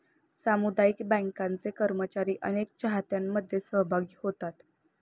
सामुदायिक बँकांचे कर्मचारी अनेक चाहत्यांमध्ये सहभागी होतात